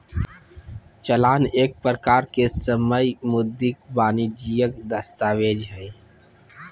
चालान एक प्रकार के समय मुद्रित वाणिजियक दस्तावेज हय